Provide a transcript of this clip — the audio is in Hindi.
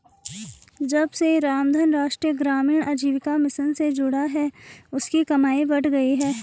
जब से रामधन राष्ट्रीय ग्रामीण आजीविका मिशन से जुड़ा है उसकी कमाई बढ़ गयी है